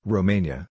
Romania